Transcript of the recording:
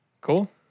Cool